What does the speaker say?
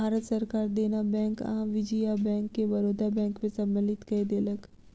भारत सरकार देना बैंक आ विजया बैंक के बड़ौदा बैंक में सम्मलित कय देलक